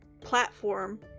platform